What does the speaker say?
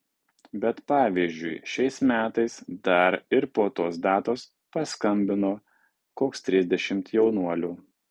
bet pavyzdžiui šiais metais dar ir po tos datos paskambino koks trisdešimt jaunuolių